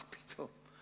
מה פתאום,